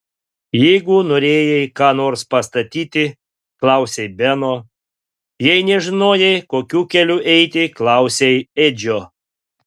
jeigu norėjai ką nors pastatyti klausei beno jei nežinojai kokiu keliu eiti klausei edžio